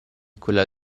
quella